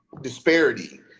disparity